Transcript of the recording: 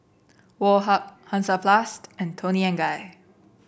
Woh Hup Hansaplast and Toni and Guy